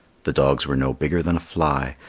the dogs were no bigger than a fly,